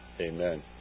amen